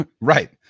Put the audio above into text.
Right